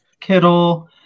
Kittle